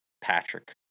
Patrick